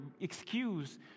excuse